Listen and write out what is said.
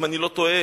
אם אני לא טועה,